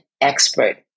expert